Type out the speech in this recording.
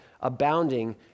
abounding